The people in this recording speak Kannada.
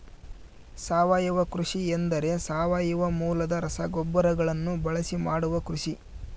ಸಾವಯವ ಕೃಷಿ ಎಂದರೆ ಸಾವಯವ ಮೂಲದ ರಸಗೊಬ್ಬರಗಳನ್ನು ಬಳಸಿ ಮಾಡುವ ಕೃಷಿ